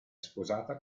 sposata